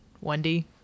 wendy